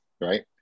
right